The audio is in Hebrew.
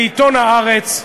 בעיתון "הארץ"